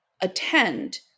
attend